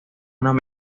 una